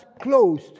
closed